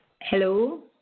Hello